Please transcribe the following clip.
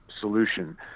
solution